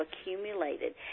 accumulated